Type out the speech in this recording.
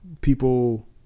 people